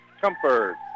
Comfort